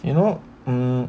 you know um